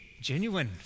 genuine